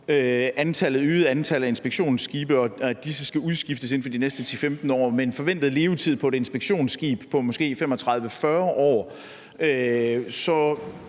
om et øget antal af inspektionsskibe, og at disse skal udskiftes inden for de næste 10-15 år. Da der er en forventet levetid for et inspektionsskib på måske 35-40 år, går